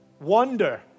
wonder